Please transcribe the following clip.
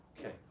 Okay